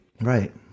Right